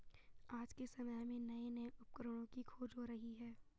आज के समय में नये नये उपकरणों की खोज हो रही है